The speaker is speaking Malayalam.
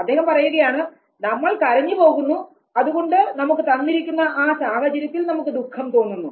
അദ്ദേഹം പറയുകയാണ് നമ്മൾ കരഞ്ഞു പോകുന്നു അതുകൊണ്ട് നമുക്ക് തന്നിരിക്കുന്ന ഒരു സാഹചര്യത്തിൽ നമുക്ക് ദുഃഖം തോന്നുന്നു